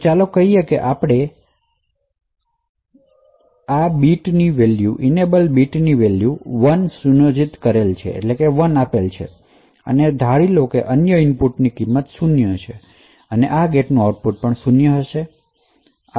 તો ચાલો આપણે કહી શકીએ કે એનેબલ બીટ 1 પર સુયોજિત થયેલ છે અને ચાલો ધારીએ કે અન્ય ઇનપુટ ની કિંમત 0 છે અને તેથી આ અને ગેટનું આઉટપુટ પણ 0 હશે